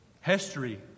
history